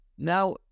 Now